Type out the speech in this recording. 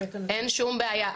אין שום בעיה.